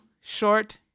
short